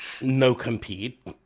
no-compete